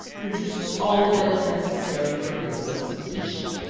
produces all that is necessary for his sustentation.